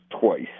twice